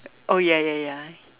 oh ya ya ya